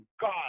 God